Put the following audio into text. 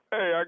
Hey